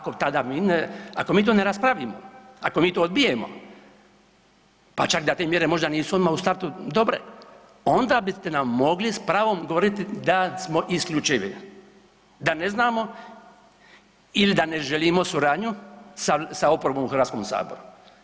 Ako tada mi to ne raspravimo, ako mi to odbijemo, pa čak da te mjere možda nisu odmah u startu dobre onda biste nam mogli sa pravom govoriti da smo isključili, da ne znamo ili da ne želimo suradnju sa oporbom u Hrvatskom saboru.